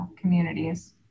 Communities